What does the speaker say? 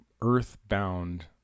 earthbound